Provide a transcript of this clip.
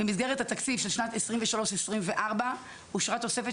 במסגרת התקציב של שנת 2023 2024 אושרה תוספת